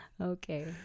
Okay